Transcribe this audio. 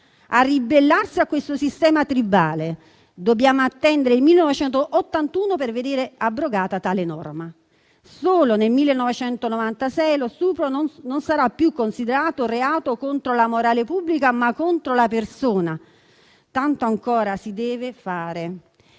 a ribellarsi a questo sistema tribale. Dobbiamo attendere il 1981 per vedere abrogata tale norma. Solo nel 1996 lo stupro non sarà più considerato reato contro la morale pubblica, ma contro la persona. Tanto ancora si deve fare.